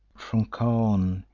from chaon,